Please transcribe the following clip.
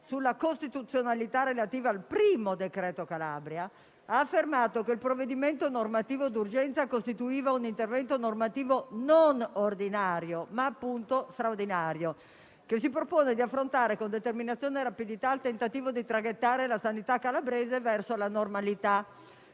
sulla costituzionalità relativa al primo decreto Calabria, ha affermato che il provvedimento normativo d'urgenza costituiva un intervento normativo non ordinario, ma appunto straordinario, che si proponeva di affrontare con determinazione e rapidità il tentativo di traghettare la sanità calabrese verso la normalità,